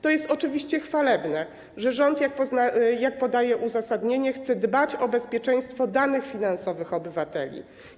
To jest oczywiście chwalebne, że rząd, jak podaje się w uzasadnieniu, chce dbać o bezpieczeństwo danych finansowych obywateli.